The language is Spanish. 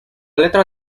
letra